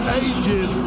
ages